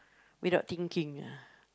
without thinking ah